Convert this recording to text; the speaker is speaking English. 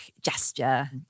gesture